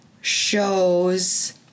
shows